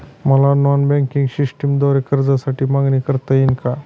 मला non banking सिस्टमद्वारे कर्जासाठी मागणी करता येईल का?